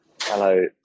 hello